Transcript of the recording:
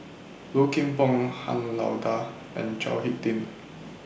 Low Kim Pong Han Lao DA and Chao Hick Tin